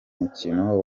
mukino